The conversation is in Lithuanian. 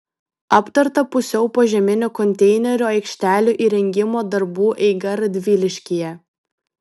aptarta pusiau požeminių konteinerių aikštelių įrengimo darbų eiga radviliškyje